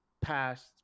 past